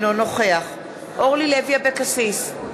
אינו נוכח אורלי לוי אבקסיס,